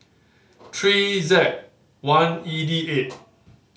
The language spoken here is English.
three Z one E D eight